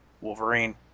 Wolverine